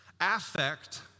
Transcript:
Affect